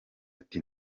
ati